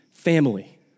family